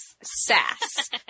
Sass